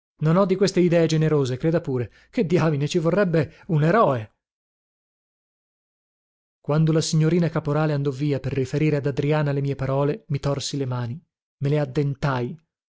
non ho di queste idee generose creda pure che diamine ci vorrebbe un eroe quando la signorina caporale andò via per riferire ad adriana le mie parole mi torsi le mani me le addentai